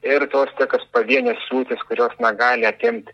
ir tos tokios pavienės liūtys kurios na gali atimt